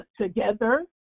together